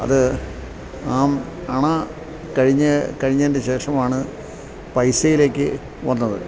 അത് ആ അണ കഴിഞ്ഞതിൻ്റെ ശേഷമാണ് പൈസയിലേക്കു വന്നത്